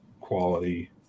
quality